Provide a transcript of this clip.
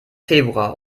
februar